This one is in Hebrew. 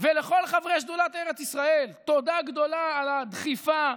ולכל חברי שדולת ארץ ישראל תודה גדולה על הדחיפה,